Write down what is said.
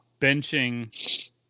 benching